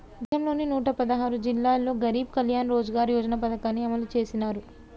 దేశంలోని నూట పదహారు జిల్లాల్లో గరీబ్ కళ్యాణ్ రోజ్గార్ యోజన పథకాన్ని అమలు చేసినారు